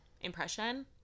impression